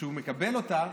כשהוא מקבל אותה